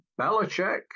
Belichick